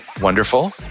Wonderful